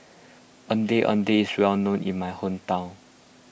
Ondeh Ondeh is well known in my hometown